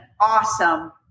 awesome